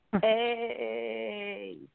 Hey